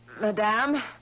madame